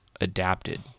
adapted